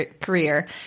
career